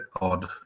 odd